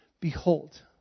Behold